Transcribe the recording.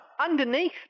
Underneath